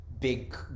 big